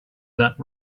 that